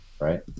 right